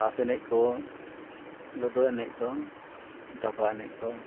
ᱴᱟᱥ ᱮᱱᱮᱡ ᱠᱚ ᱞᱳᱰᱳ ᱮᱱᱮᱡ ᱠᱚ ᱫᱟᱵᱟ ᱮᱱᱮᱡ ᱠᱚ